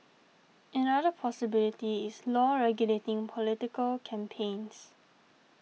another possibility is law regulating political campaigns